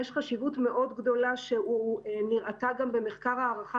יש חשיבות מאוד גדולה שנראתה גם במחקר הערכה